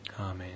Amen